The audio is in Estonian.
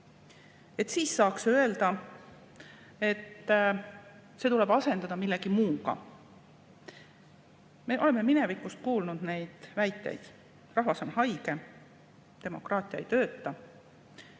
et siis saaks öelda, et see tuleb asendada millegi muuga. Me oleme minevikus kuulnud neid väiteid: rahvas on haige, demokraatia ei tööta.